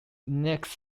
next